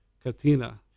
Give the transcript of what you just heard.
Katina